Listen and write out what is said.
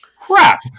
Crap